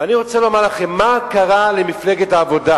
ואני רוצה לומר לכם מה קרה למפלגת העבודה,